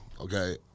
okay